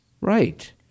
Right